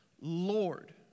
Lord